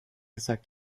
gesagt